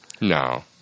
No